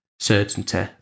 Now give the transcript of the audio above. certainty